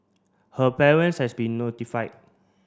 her parents has been notified